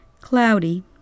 cloudy